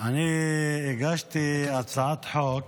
אני הגשתי הצעת חוק,